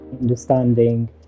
understanding